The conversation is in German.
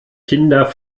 kinder